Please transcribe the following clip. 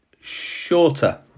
shorter